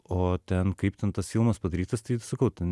o ten kaip ten tas filmas padarytas tai sakau ten